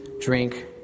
drink